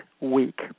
week